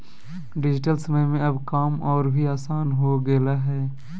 digital समय में अब काम और भी आसान हो गेलय हें